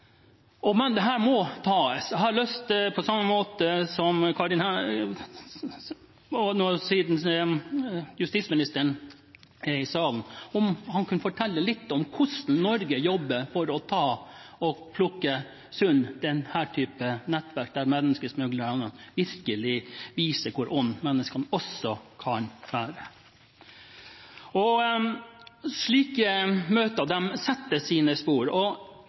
må tas. Jeg har lyst til – på samme måte som Karin Andersen – å spørre justisministeren, siden han er i salen, om han kan fortelle litt om hvordan Norge jobber for å plukke fra hverandre denne typen nettverk, der menneskesmuglerne virkelig viser hvor onde menneskene kan være. Slike møter setter sine spor. Derfor tenker jeg mange ganger, i en setting hvor en partileder og